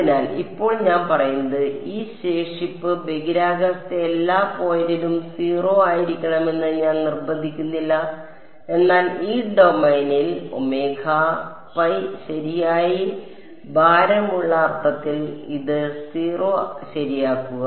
അതിനാൽ ഇപ്പോൾ ഞാൻ പറയുന്നത് ഈ ശേഷിപ്പ് ബഹിരാകാശത്തെ എല്ലാ പോയിന്റിലും 0 ആയിരിക്കണമെന്ന് ഞാൻ നിർബന്ധിക്കുന്നില്ല എന്നാൽ ഈ ഡൊമെയ്നിൽ ശരാശരി ഭാരമുള്ള അർത്ഥത്തിൽ ഇത് 0 ശരിയാക്കുക